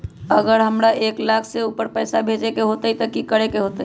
अगर हमरा एक लाख से ऊपर पैसा भेजे के होतई त की करेके होतय?